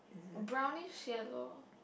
brownish yellow